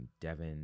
Devin